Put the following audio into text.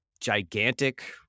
gigantic